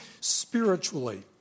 spiritually